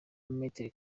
maitre